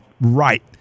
right